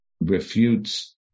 refutes